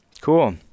cool